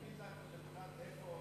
תגיד איפה אתה גר.